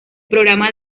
programa